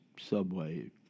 subway